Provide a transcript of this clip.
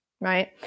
right